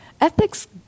ethics